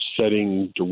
setting